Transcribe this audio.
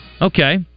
Okay